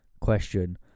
question